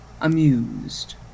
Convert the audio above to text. amused